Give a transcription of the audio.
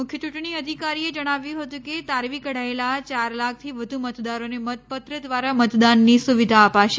મુખ્ય યૂંટણી અધિકારીએ જણાવ્યું હતું કે તારવી કઢાયેલાં ચાર લાખથી વધુ મતદારોને મતપત્ર દ્વારા મતદાનની સુવિધા અપાશે